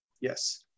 yes